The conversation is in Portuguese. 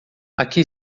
aqui